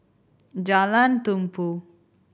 Jalan Tumpu